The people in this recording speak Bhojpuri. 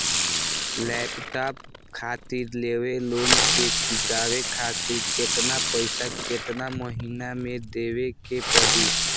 लैपटाप खातिर लेवल लोन के चुकावे खातिर केतना पैसा केतना महिना मे देवे के पड़ी?